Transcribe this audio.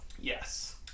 Yes